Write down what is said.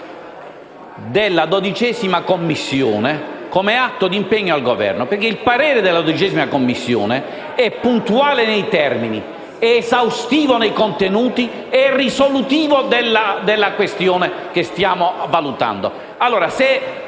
Il parere della 12a Commissione è puntuale nei termini, esaustivo nei contenuti e risolutivo della questione che stiamo valutando.